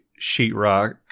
sheetrock